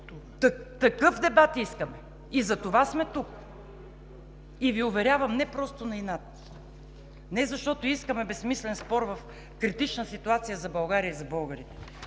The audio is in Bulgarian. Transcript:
Такъв дебат искаме и затова сме тук! И Ви уверявам – не просто на инат, не защото искаме безсмислен спор в критична ситуация за България и за българите,